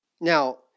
Now